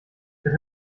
wird